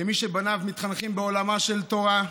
כמי שבניו מתחנכים בעולמה של תורה,